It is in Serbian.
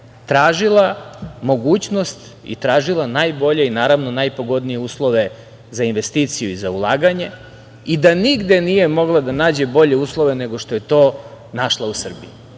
tražila mogućnost i tražila najbolje i najpogodnije uslove za investiciju, za ulaganje, i da nigde nije mogla da nađe bolje uslove nego što je to našla u Srbiji. To